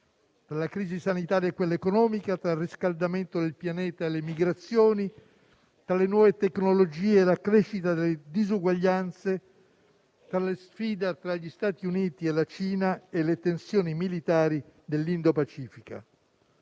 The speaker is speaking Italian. tra la crisi sanitaria e quella economica, tra il riscaldamento del pianeta e le migrazioni, tra le nuove tecnologie e la crescita delle disuguaglianze, tra la sfida tra gli Stati Uniti e la Cina e le tensioni militari dell'indopacifica.